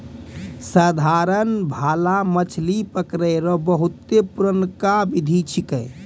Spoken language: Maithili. साधारण भाला मछली पकड़ै रो बहुते पुरनका बिधि छिकै